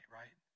right